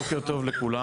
בוקר טוב לכולם,